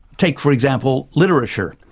take for example, literature.